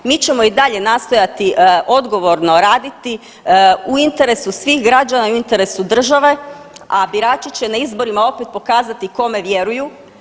Mi ćemo i dalje nastojati odgovorno raditi u interesu svih građana i u interesu države, a birači će na izborima opet pokazati kome vjeruju.